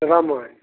Ramayana